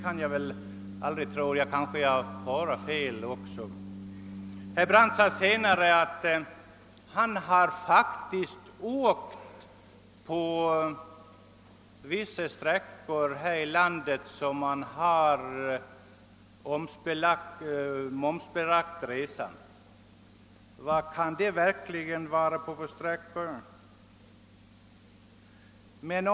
Jag kan väl aldrig tro att herr Brandt menade att den utredning, som icke kom till stånd var orsaken till prissänkning — jag kanske hörde fel. Herr Brandt sade vidare att han hade rest mellan fastlandet och någon ö och då fått betala moms. Vilken sträcka kan det vara?